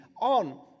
on